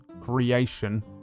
creation